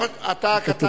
לא חשוב.